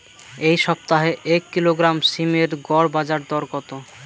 এই সপ্তাহে এক কিলোগ্রাম সীম এর গড় বাজার দর কত?